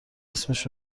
اسمش